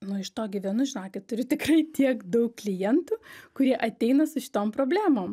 nu iš to gyvenu žinokit turiu tikrai tiek daug klientų kurie ateina su šitom problemom